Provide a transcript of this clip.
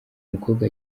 mukobwa